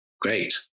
great